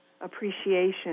appreciation